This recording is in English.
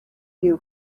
new